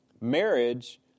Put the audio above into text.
Marriage